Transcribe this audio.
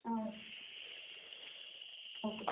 ah okay okay sir